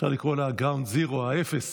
אפשר לקרוא לה גם זירו, האפס,